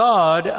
God